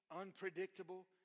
unpredictable